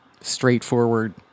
straightforward